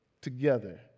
together